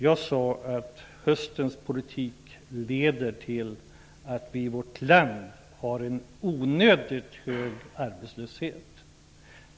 Jag sade att höstens politik leder till att vi i vårt land har en onödigt hög arbetslöshet.